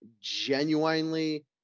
genuinely